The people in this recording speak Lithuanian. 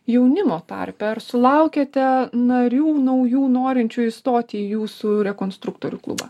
jaunimo tarpe ar sulaukiate narių naujų norinčių įstoti į jūsų rekonstruktorių klubą